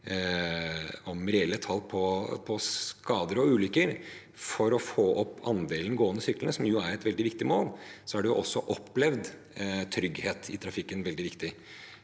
om reelle tall på skader og ulykker. For å få opp andelen gående og syklende, som jo er et veldig viktig mål, er også opplevd trygghet i trafikken veldig viktig.